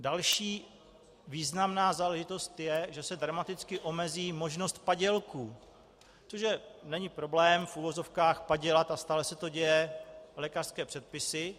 Další významná záležitost je, že se dramaticky omezí možnost padělků, protože není problém padělat a stále se to děje lékařské předpisy.